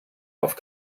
auf